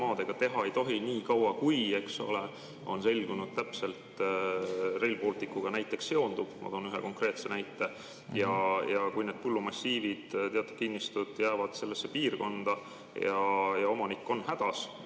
maadega teha ei tohi nii kaua, kui on täpselt selgunud näiteks Rail Balticuga seonduv, ma toon ühe konkreetse näite, ja kui need põllumassiivid, teatud kinnistud jäävad sellesse piirkonda ja omanik on hädas,